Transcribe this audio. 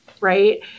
right